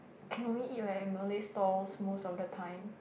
can only eat like Malay stalls most of the time